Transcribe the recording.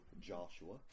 Joshua